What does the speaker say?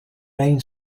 main